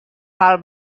hal